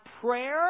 prayer